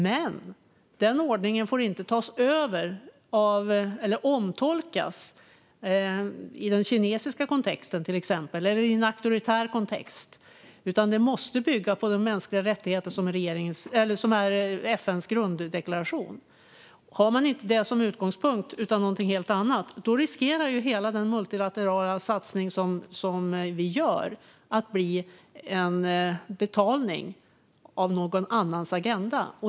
Denna ordning får dock inte tas över eller omtolkas till exempel i den kinesiska kontexten eller i en auktoritär kontext, utan den måste bygga på de mänskliga rättigheter som är FN:s grunddeklaration. Om man inte har detta som utgångspunkt utan något helt annat riskerar hela den multilaterala satsning som vi gör att bli en betalning av någon annans agenda.